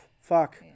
fuck